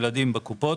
בקופות.